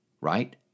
right